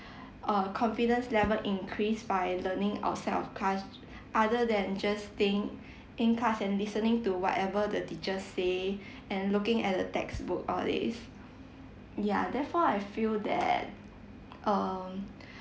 uh confidence level increase by learning outside of class other than just staying in class and listening to whatever the teacher say and looking at the textbook all these ya therefore I feel that um